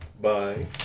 Bye